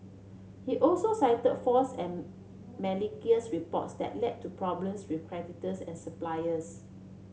he also cited false and reports that led to problems with creditors and suppliers